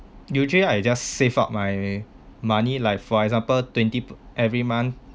usually I just save up my money like for example twenty per every month